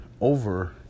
over